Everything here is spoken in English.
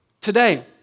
today